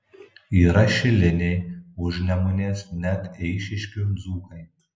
yra šiliniai užnemunės net eišiškių dzūkai